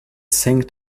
sing